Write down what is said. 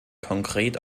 konkret